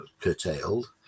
curtailed